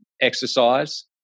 exercise